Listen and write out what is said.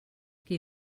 qui